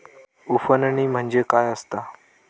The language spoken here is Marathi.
उफणणी म्हणजे काय असतां?